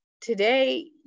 today